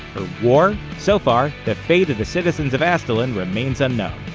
or war? so far, the fate of the citizens of aztalan remains unknown.